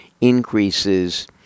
increases